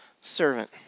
servant